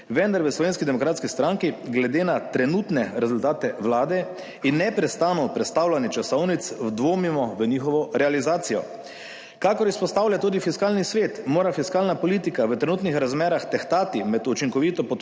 vendar v Slovenski demokratski stranki glede na trenutne rezultate Vlade in neprestano prestavljanje časovnic dvomimo v njihovo realizacijo. Kakor izpostavlja tudi Fiskalni svet, mora fiskalna politika v trenutnih razmerah tehtati med učinkovito podporo